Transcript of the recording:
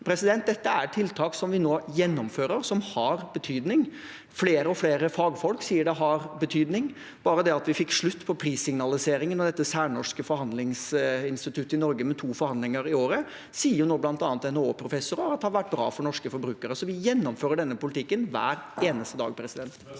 atferd. Dette er tiltak som vi nå gjennomfører, og som har betydning. Flere og flere fagfolk sier det har betydning. Bare det at vi fikk slutt på prissignaliseringen og det særnorske forhandlingsinstituttet med to forhandlinger i året, sier nå bl.a. NHO-professorer at har vært bra for norske forbrukere. Så vi gjennomfører denne politikken hver eneste dag. Lene